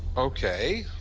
ok.